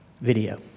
video